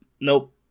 Nope